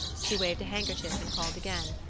she waved a handkerchief and called again.